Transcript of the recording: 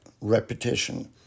repetition